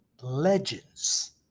LEGENDS